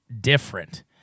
different